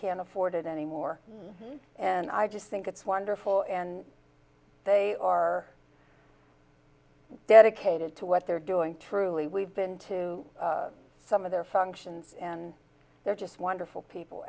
can't afford it anymore and i just think it's wonderful and they are dedicated to what they're doing truly we've been to some of their functions and they're just wonderful people